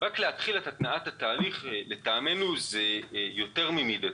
לדעתנו זה יותר ממידתי.